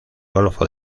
golfo